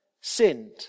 sinned